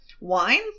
wine